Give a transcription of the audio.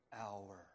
hour